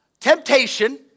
Temptation